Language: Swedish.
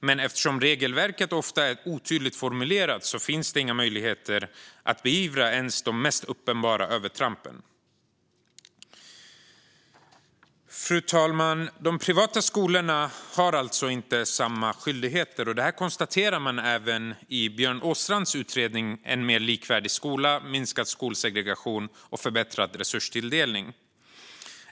Men eftersom regelverket ofta är otydligt formulerat finns det inga möjligheter att beivra ens de mest uppenbara övertrampen. Fru talman! De privata skolorna har alltså inte samma skyldigheter. Detta konstateras även i Björn Åstrands utredning En mer likvärdig skola - minskad skolsegregation och förbättrad resurstilldelning .